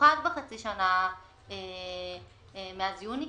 במיוחד בחצי השנה מאז יוני.